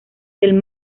del